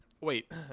Wait